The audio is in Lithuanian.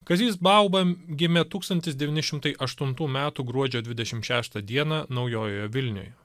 kazys bauba gimė tūkstantis devyni šimtai aštuntų metų gruodžio dvidešimt šeštą dieną naujoje vilnioje